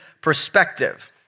perspective